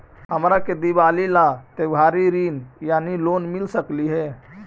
हमरा के दिवाली ला त्योहारी ऋण यानी लोन मिल सकली हे?